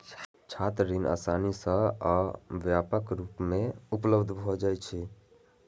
छात्र ऋण आसानी सं आ व्यापक रूप मे उपलब्ध भए जाइ छै